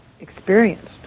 experienced